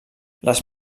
les